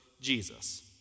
Jesus